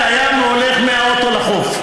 נוסע לים והולך מהאוטו לחוף.